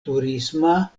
turisma